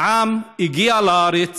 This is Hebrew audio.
אנעם הגיעה לארץ